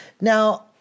Now